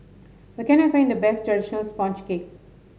where can I find the best traditional sponge cake